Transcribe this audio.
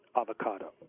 avocado